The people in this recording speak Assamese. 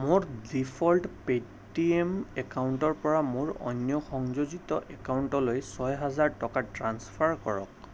মোৰ ডিফ'ল্ট পে'টিএম একাউণ্টৰ পৰা মোৰ অন্য সংযোজিত একাউণ্টলৈ ছয় হাজাৰ টকা ট্ৰাঞ্চফাৰ কৰক